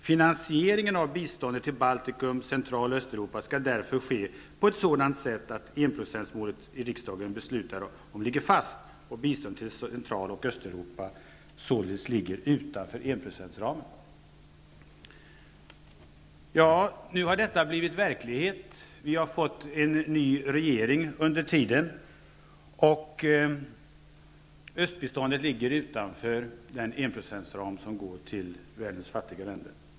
Finansieringen av biståndet till Baltikum, Central och Östeuropa skall därför ske på ett sådant sätt att det enprocentsmål riksdagen beslutat om ligger fast och biståndet till Central och Östeuropa således ligger utanför enprocentsramen.'' Nu har detta blivit verklighet. Vi har under tiden fått en ny regeirng, och östbiståndet ligger utanför den enprocentsram som gäller världens fattiga länder.